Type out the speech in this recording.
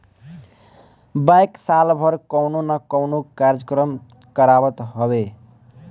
bank साल भर कवनो ना कवनो कार्यक्रम करावत हवे